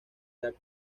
jack